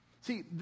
See